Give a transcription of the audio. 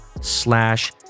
slash